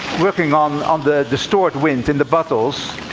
working on on the the stored wind in the bottles.